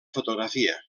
fotografia